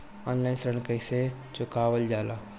Online ऋण कईसे चुकावल जाला?